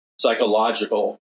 psychological